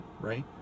right